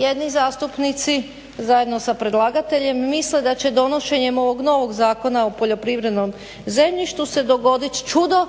jedni zastupnici zajedno sa predlagateljem misle da će donošenjem ovog novog Zakona o poljoprivrednom zemljištu se dogodit čudo